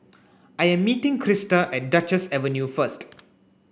I am meeting Crysta at Duchess Avenue first